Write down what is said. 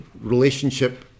relationship